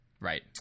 right